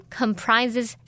comprises